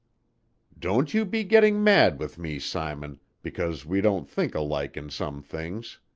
don't you be getting mad with me, simon, because we don't think alike in some things.